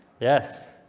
Yes